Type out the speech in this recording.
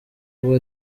uba